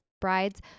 brides